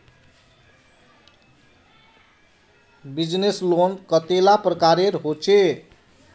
Business loan कतेला प्रकारेर होचे?